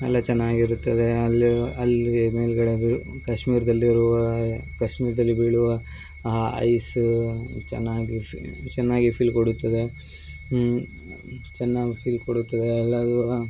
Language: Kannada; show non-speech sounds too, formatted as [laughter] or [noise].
ಎಲ್ಲ ಚೆನ್ನಾಗಿರುತ್ತದೆ ಅಲ್ಲಿ ಅಲ್ಲಿ [unintelligible] ಕಾಶ್ಮೀರ್ದಲ್ಲಿರುವ ಕಾಶ್ಮೀರ್ದಲ್ಲಿ ಬೀಳುವ ಆ ಐಸು ಚೆನ್ನಾಗಿ ಚೆನ್ನಾಗಿ ಫೀಲ್ ಕೊಡುತ್ತದೆ ಚೆನ್ನಾಗಿ ಫೀಲ್ ಕೊಡುತ್ತದೆ ಅಲ್ಲೆಲ್ಲ